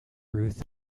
ruth